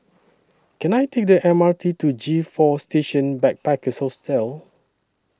Can I Take The M R T to G four Station Backpackers Hostel